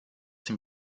dem